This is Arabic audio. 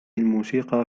الموسيقى